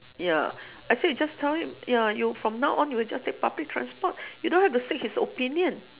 ya I say just tell him ya you from now on you will just take public transport you don't have to seek his opinion